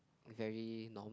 very normal